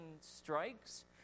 strikes